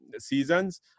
seasons